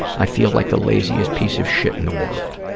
i feel like the laziest piece of shit in the world.